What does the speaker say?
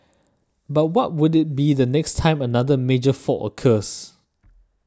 but what would it be the next time another major fault occurs